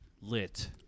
Lit